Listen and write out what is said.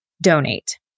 donate